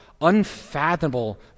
unfathomable